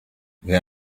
wer